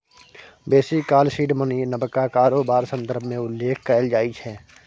बेसी काल seed money नबका कारोबार संदर्भ मे उल्लेख कएल जाइ छै